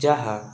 ଯାହା